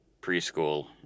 preschool